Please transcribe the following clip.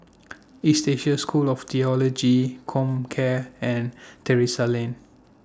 East Asia School of Theology Comcare and Terrasse Lane